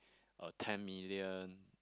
a ten million